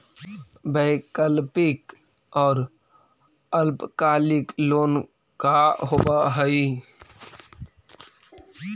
वैकल्पिक और अल्पकालिक लोन का होव हइ?